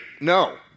No